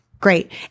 great